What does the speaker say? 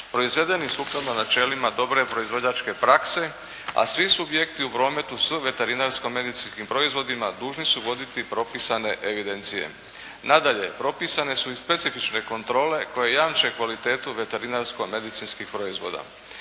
proizvedeni sukladno načelima dobre proizvođačke prakse, a svi subjekti u prometu s veterinarsko-medicinskim proizvodima dužni su voditi propisane evidencije. Nadalje, propisane su i specifične kontrole koje jamče kvalitetu veterinarsko-medicinskih proizvoda.